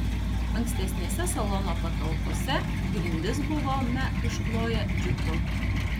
ankstesnėse salono patalpose grindis buvome iškloję džiutu